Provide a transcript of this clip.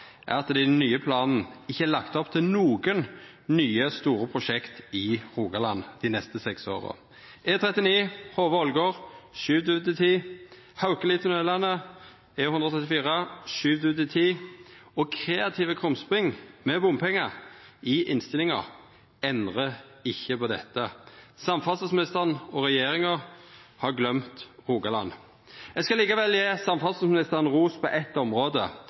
det i den nye planen ikkje er lagt opp til nokon nye store prosjekt i Rogaland dei neste seks åra. E39, Hove–Ålgård, er skyvd ut i tid, Haukelitunnelane, E134, er skyvd ut i tid, og kreative krumspring med bompengar i innstillinga endrar ikkje på dette. Samferdselsministeren og regjeringa har gløymt Rogaland. Eg skal likevel gje samferdselsministeren ros på eitt område,